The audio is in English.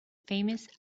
famous